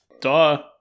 Duh